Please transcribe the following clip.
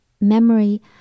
memory